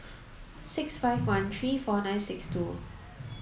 six five one three four nine six two